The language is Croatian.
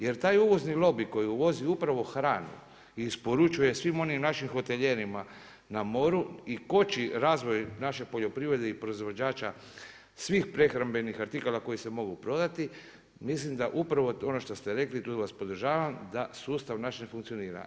Jer taj uvozni lobi koji uvozi upravo hranu i isporučuje svim onim našim hotelijerima na moru i koči razvoj naše poljoprivrede i proizvođača svih prehrambenih artikala koji se mogu prodati, mislim da upravo ono što ste rekli i tu vas podržavam da sustav naš ne funkcionira.